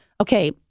Okay